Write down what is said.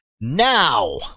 Now